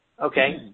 Okay